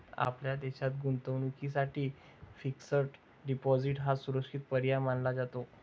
आपल्या देशात गुंतवणुकीसाठी फिक्स्ड डिपॉजिट हा सुरक्षित पर्याय मानला जातो